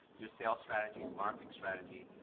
your sales strategy, your marketing strategy,